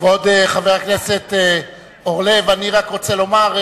כבוד חבר הכנסת אורלב, אני רק רוצה לומר,